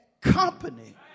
company